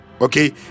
okay